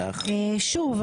שוב,